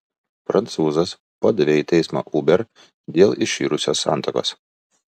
prancūzas padavė į teismą uber dėl iširusios santuokos